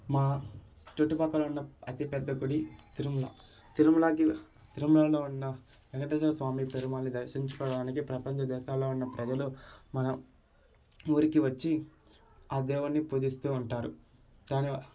మా చుట్టు పక్కలున్న అతిపెద్ద గుడి తిరుమల తిరుమలకి తిరుమలలో ఉన్న వెంకటేశ్వర స్వామి పెరుమాళ్ దర్శించుకోవడానికి ఈ ప్రపంచ దేశాల్లో ఉన్న ప్రజలు మనం ఊరికి వచ్చి ఆ దేవుడ్ని పూజిస్తూ ఉంటారు దాని